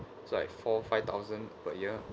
so like four five thousand per year